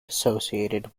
associated